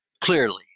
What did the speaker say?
clearly